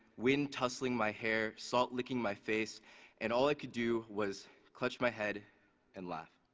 wind tousling my hair, salt licking my face and all i could do was clutch my head and laugh.